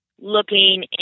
looking